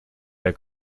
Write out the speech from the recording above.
der